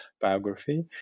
biography